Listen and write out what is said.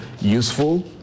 useful